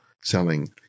selling